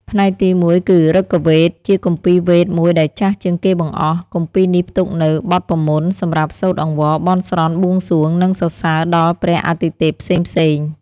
ផ្នែកទី១ គឺឫគវេទ ជាគម្ពីរវេទមួយដែលចាស់ជាងគេបង្អស់។ គម្ពីរនេះផ្ទុកនូវ បទមន្ត សម្រាប់សូត្រអង្វរ បន់ស្រន់ បួងសួង និងសរសើរដល់ព្រះអាទិទេពផ្សេងៗ។